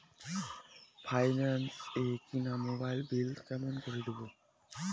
Finance এ কিনা মোবাইলের বিল কেমন করে দিবো?